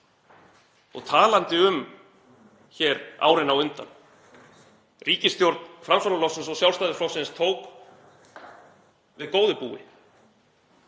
Og talandi um árin á undan; ríkisstjórn Framsóknarflokksins og Sjálfstæðisflokksins tók við góðu búi.